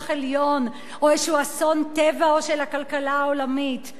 עליון או איזה אסון טבע או של הכלכלה העולמית.